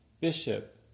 Bishop